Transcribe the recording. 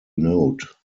note